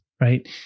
Right